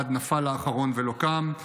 עד נפל האחרון ולא קם".